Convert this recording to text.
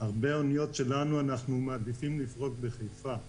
הרבה אוניות שלנו אנחנו מעדיפים לפרוק בחיפה.